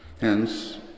Hence